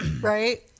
Right